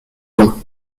don